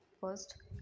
first